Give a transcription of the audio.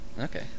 okay